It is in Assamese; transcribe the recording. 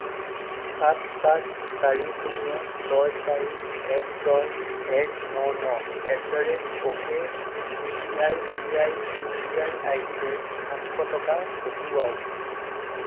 সাত পাঁচ চাৰি শূন্য ছয় চাৰি এক ছয় এক ন ন at the rate ok C I C I U P I আইডিলৈ সাতশ টকা পঠিয়াওক